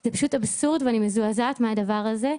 זה פשוט אבסורד ואני מזועזעת מהדבר הזה,